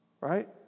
Right